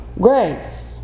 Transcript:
grace